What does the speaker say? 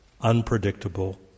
unpredictable